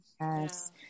yes